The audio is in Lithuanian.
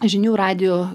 žinių radijo